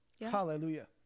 Hallelujah